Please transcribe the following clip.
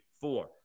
four